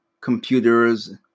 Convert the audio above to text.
computers